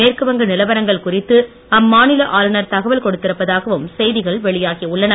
மேற்கு வங்க நிலவரங்கள் குறித்து அம்மாநில ஆளுநர் தகவல் கொடுத்திருப்பதாகவும் செய்திகள் வெளியாகி உள்ளன